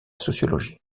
sociologie